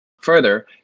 Further